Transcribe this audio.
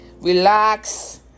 Relax